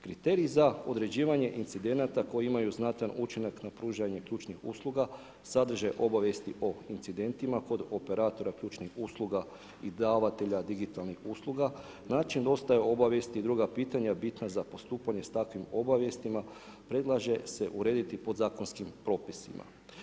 Kriterij za određivanja incidenta koji imaju znatan učinak na pružanje … usluga, sadrže obavijesti o incidentima kod operatora ključnih usluga i davatelja digitalnih usluga, način dostave obavijesti i druga pitanja bitna za postupanje s takvim obavijestima, predlaže se urediti podzakonskim propisima.